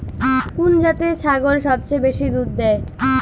কুন জাতের ছাগল সবচেয়ে বেশি দুধ দেয়?